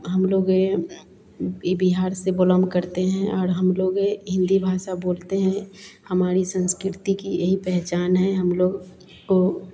हम लोग ए ई बिहार से बलोंग करते हैं और हम लोग हिंदी भाषा बोलते हैं हमारी संस्कृति की यही पहचान है हम लोग को